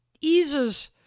eases